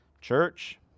church